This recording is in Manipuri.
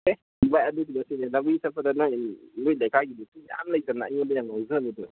ꯑꯦ ꯚꯥꯏ ꯑꯗꯨꯒꯤ ꯅꯠꯇꯦꯗ ꯂꯝꯕꯤ ꯆꯇꯄꯗ ꯅꯪ ꯅꯣꯏ ꯂꯩꯀꯥꯏꯒꯤ ꯅꯨꯄꯤ ꯃꯌꯥꯝ ꯂꯩꯗꯅ ꯑꯩꯉꯣꯟꯗ ꯌꯥꯝ ꯉꯥꯎꯖꯕꯗꯣ